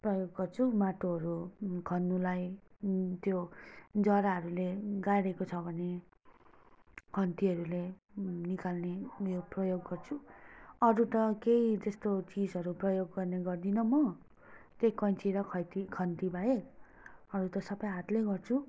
प्रयोग गर्छु माटोहरू खन्नुलाई त्यो जराहरूले गाडिएको छ भने खन्तीहरूले निकाल्ने उयो प्रयोग गर्छु अरू त केही त्यस्तो चिजहरू प्रयोग गर्ने गर्दिनँ मो त्यै कैँची र खन्ती बाहेक अरू त सबै हातले गर्छु